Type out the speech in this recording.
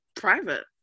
private